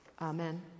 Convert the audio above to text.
Amen